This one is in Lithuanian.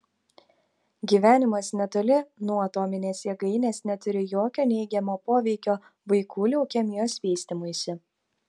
gyvenimas netoli nuo atominės jėgainės neturi jokio neigiamo poveikio vaikų leukemijos vystymuisi